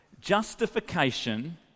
Justification